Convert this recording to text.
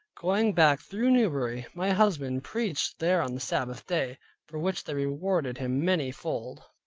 going back through newbury my husband preached there on the sabbath day for which they rewarded him many fold.